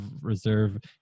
Reserve